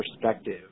perspective